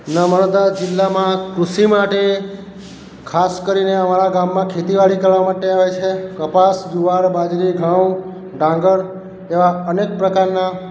નર્મદા જીલ્લામાં કૃષી માટે ખાસ કરીને અમારા ગામમાં ખેતી વાડી કરવા માટે આવે છે કપાસ ગુવાર બાજરી ઘઉ ડાંગર એવા અનેક પ્રકારના